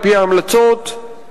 על-פי ההמלצות,